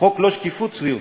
חוק לא-שקיפות, צביעות.